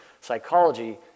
psychology